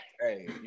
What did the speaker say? Hey